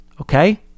Okay